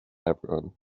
everyone